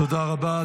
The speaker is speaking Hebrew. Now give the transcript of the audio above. תודה רבה.